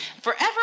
forever